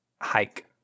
hike